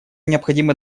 необходимо